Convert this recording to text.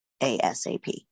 ASAP